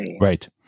Right